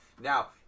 Now